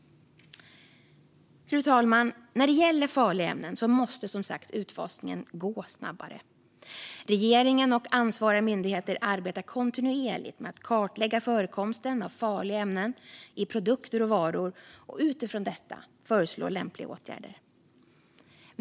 Fru talman! När det gäller farliga ämnen måste utfasningen som sagt gå snabbare. Regeringen och ansvariga myndigheter arbetar kontinuerligt med att kartlägga förekomsten av farliga ämnen i produkter och varor och utifrån detta föreslå lämpliga åtgärder.